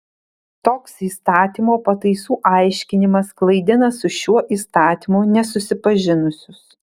toks įstatymo pataisų aiškinimas klaidina su šiuo įstatymu nesusipažinusius